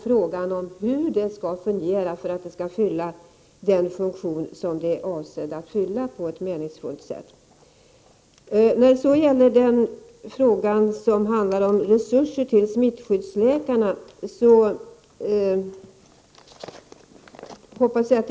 Frågan är hur detta skall fungera för att vara meningsfullt. Jag hoppas att det inte råder någon oklarhet om vad vi vill med vår reservation om resurser till smittskyddsläkarna.